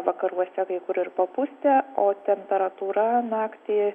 vakaruose kai kur ir papustė o temperatūra naktį